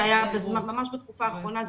שהיה ממש בתקופה האחרונה,